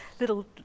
little